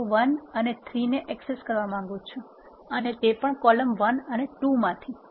હું રો 1 અને 3 ને એક્સેસ કરવા માંગુ છું અને તે પણ કોલમ 1 અને 2 માંથી